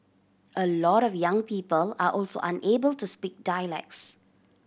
a lot of young people are also unable to speak dialects